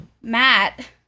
Matt